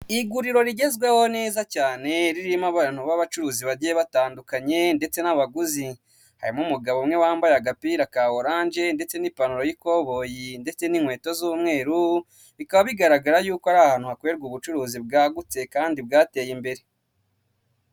Iguriro rigezweho neza cyane, ririmo abantu b'abacuruzi bagiye batandukanye ndetse n'abaguzi. Harimo umugabo umwe wambaye agapira ka oranje ndetse n'ipantaro y'ikoboyi ndetse n'inkweto z'umweru, bikaba bigaragara yuko ari ahantu hakorerwa ubucuruzi bwagutse kandi bwateye imbere.